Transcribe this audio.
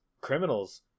criminals